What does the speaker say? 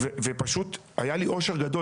ופשוט היה לי אושר גדול,